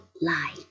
lie